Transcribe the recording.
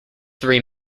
three